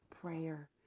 prayer